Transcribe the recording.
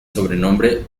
sobrenombre